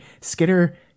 skitter